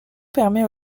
permet